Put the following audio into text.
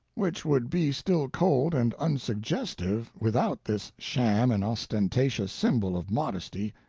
which would be still cold and unsuggestive without this sham and ostentatious symbol of modesty,